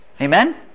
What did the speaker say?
Amen